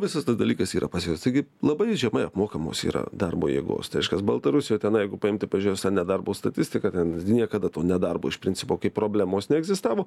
visas tas dalykas yra pas juos taigi labai žemai apmokamos yra darbo jėgos tai reiškias baltarusijoj tenai jeigu paimti pažėjus ar ne darbo statistiką ten niekada to nedarbo iš principo problemos neegzistavo